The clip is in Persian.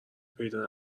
پیدا